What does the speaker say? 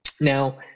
Now